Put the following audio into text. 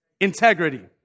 Integrity